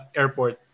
airport